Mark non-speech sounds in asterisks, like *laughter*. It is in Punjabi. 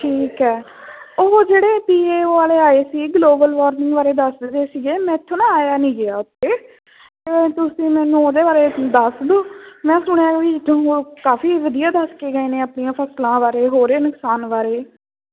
ਠੀਕ ਹੈ ਉਹ ਜਿਹੜੇ ਪੀਏਯੂ ਵਾਲੇ ਆਏ ਸੀ ਗਲੋਬਲ ਵਾਰਮਿੰਗ ਬਾਰੇ ਦੱਸ ਰਹੇ ਸੀਗੇ ਮੈਥੋਂ ਨਾ ਆਇਆ ਨਹੀਂ ਗਿਆ ਉੱਥੇ ਅਤੇ ਤੁਸੀਂ ਮੈਨੂੰ ਉਹਦੇ ਬਾਰੇ ਦੱਸ ਦੋ ਮੈਂ ਸੁਣਿਆ ਵੀ *unintelligible* ਕਾਫੀ ਵਧੀਆ ਦੱਸ ਕੇ ਗਏ ਨੇ ਆਪਣੀਆਂ ਫਸਲਾਂ ਬਾਰੇ ਹੋ ਰਹੇ ਨੁਕਸਾਨ ਬਾਰੇ